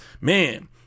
man